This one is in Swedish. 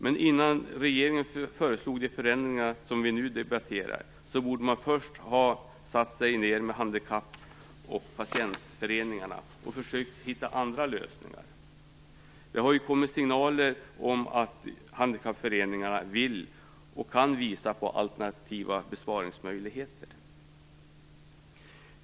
Men innan regeringen föreslog de förändringar som vi nu debatterar borde den ha satt sig ned med handikappoch patienföreningarna och försökt hitta andra lösningar. Det har kommit signaler om att handikappföreningarna vill och kan visa på alternativa besparingsmöjligheter.